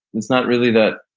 it's not really that,